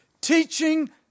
teaching